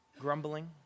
grumbling